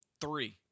three